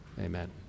Amen